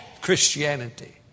Christianity